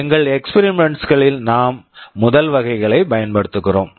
எங்கள் experiments experiments களில் நாம் முதல் வகையைப் பயன்படுத்துகிறோம்